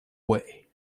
way